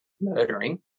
murdering